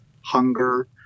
hunger